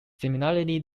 similarly